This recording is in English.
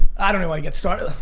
i don't know i get started,